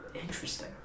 Interesting